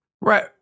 Right